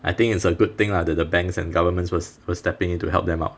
I think it's a good thing lah that the banks and governments was was stepping in to help them out